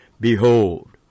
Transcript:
Behold